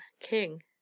king